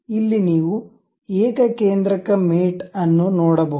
ಇಲ್ಲಿ ನೀವು ಏಕಕೇಂದ್ರಕ ಮೇಟ್ ಅನ್ನು ನೋಡಬಹುದು